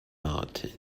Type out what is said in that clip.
not